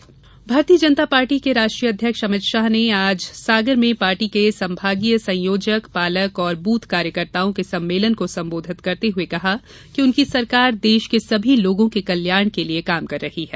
अमित शाह भारतीय जनता पार्टी के राष्ट्रीय अध्यक्ष अमित शाह ने आज सागर में पार्टी के संभागीय संयोजक पालक और बूथ कार्यकर्ताओं के सम्मेलन को संबोधित करते हुए कहा कि उनकी सरकार देश के सभी लोगों के कल्याण के लिये काम कर रही है